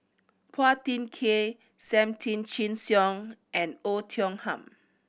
Phua Thin Kiay Sam Tan Chin Siong and Oei Tiong Ham